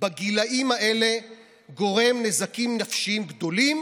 בגילים האלה גורם נזקים נפשיים גדולים,